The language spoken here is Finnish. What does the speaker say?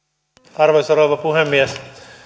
arvoisa rouva puhemies